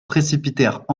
précipitèrent